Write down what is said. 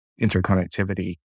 interconnectivity